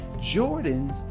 Jordan's